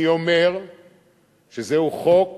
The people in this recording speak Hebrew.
אני אומר שזהו חוק